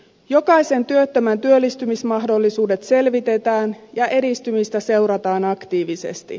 jokaisen työttömän työllistymismahdollisuudet selvitetään ja edistymistä seurataan aktiivisesti